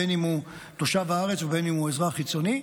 בין שהוא תושב הארץ ובין שהוא אזרח חיצוני.